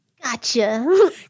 gotcha